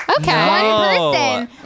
okay